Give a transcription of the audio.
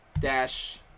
Dash